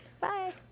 bye